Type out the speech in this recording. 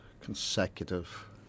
consecutive